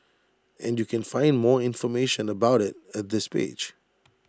and you can find more information about IT at this page